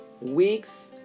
weeks